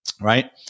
Right